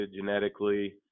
genetically